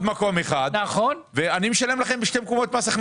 מקום אחד ואני משלם לכם בשני מקומות מס הכנסה.